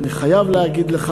ואני חייב להגיד לך,